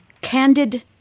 candid